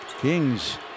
Kings